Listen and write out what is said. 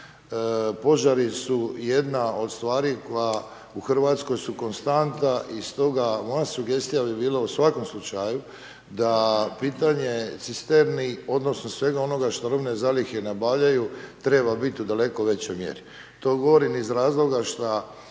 požari su jedna od stvari koja u Hrvatskoj su konstanta i stoga moja sugestija bi bila u svakom slučaju da pitanje cisterni odnosno svega onoga što robne zalihe nabavljaju treba bit u daleko većoj mjeri. To govorim iz razloga šta